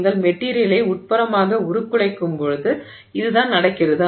நீங்கள் மெட்டிரியலை உட்புறமாக உருக்குலைக்கும்போது இதுதான் நடக்கிறது